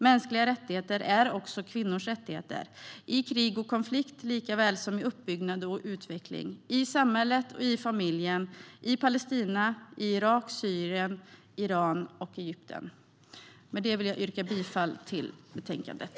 Mänskliga rättigheter är också kvinnors rättigheter - i krig och konflikt likaväl som i uppbyggnad och utveckling i samhället och i familjen, i Palestina, Irak, Syrien, Iran och Egypten. Med detta yrkar jag bifall till utskottets förslag i betänkandet.